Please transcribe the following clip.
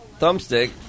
thumbstick